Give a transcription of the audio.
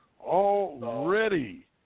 Already